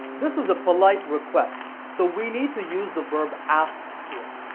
this is a polite request, so we need to use the verb ask here.